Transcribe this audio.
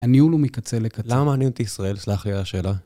הניהול הוא מקצה לקצה. למה מעניין אותי ישראל? סלח לי את השאלה.